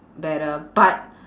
better but